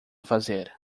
fazer